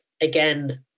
again